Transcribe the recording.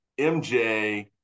MJ